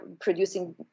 producing